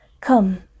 Come